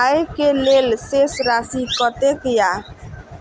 आय के लेल शेष राशि कतेक या?